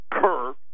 curve